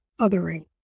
othering